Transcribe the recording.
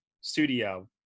studio